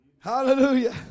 Hallelujah